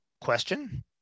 question